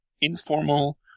informal